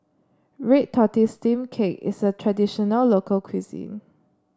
Red Tortoise Steamed Cake is a traditional local cuisine